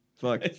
fuck